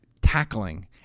tackling